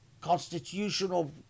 constitutional